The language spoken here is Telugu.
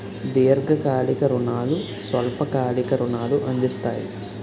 దీర్ఘకాలిక రుణాలు స్వల్ప కాలిక రుణాలు అందిస్తాయి